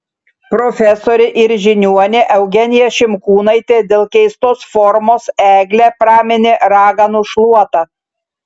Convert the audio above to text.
profesorė ir žiniuonė eugenija šimkūnaitė dėl keistos formos eglę praminė raganų šluota